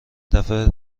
دفعه